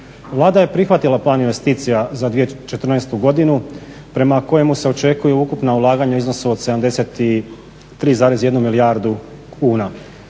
Vlada je prihvatila Plan investicija za 2014. godinu prema kojemu se očekuju ukupna ulaganja u iznosu od 73,1 milijardu kuna.